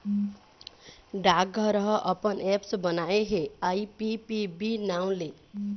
डाकघर ह अपन ऐप्स बनाए हे आई.पी.पी.बी नांव ले